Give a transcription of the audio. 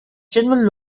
general